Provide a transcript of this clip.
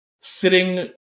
sitting